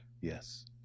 Yes